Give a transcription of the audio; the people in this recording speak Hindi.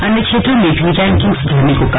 अन्य क्षेत्रों में भी रैंकिंग सुधारने को कहा